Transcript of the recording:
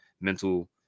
mental